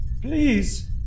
please